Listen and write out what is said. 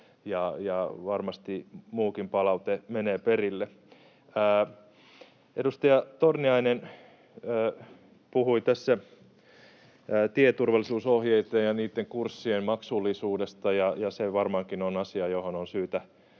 ja varmasti muukin palaute menee perille. Edustaja Torniainen puhui tässä tieturvallisuusohjeitten ja niitten kurssien maksullisuudesta, ja se varmaankin on asia, johon on syytä